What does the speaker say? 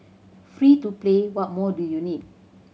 free to play what more do you need